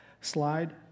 slide